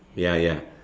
ya ya